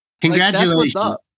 Congratulations